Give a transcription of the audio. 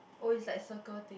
oh it's like circle thing